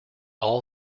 all